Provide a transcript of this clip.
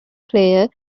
player